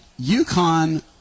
UConn